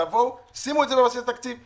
תבואו, שימו את זה בבסיס התקציב.